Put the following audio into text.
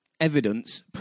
evidence